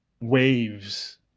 waves